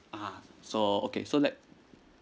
uh so okay so let